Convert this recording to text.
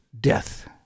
death